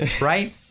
right